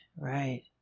right